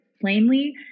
plainly